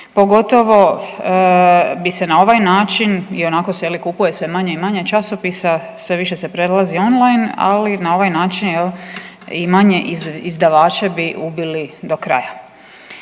pogotovo bi se na ovaj način i onako se je li kupuje sve manje i manje časopisa, sve više se prelazi online, ali na ovaj način jel i manje izdavača bi ubili do kraja.